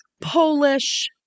Polish